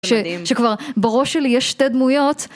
שאם.. שכבר בראש שלי יש שתי דמויות